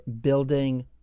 building